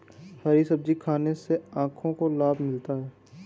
हरी सब्जियाँ खाने से आँखों को लाभ मिलता है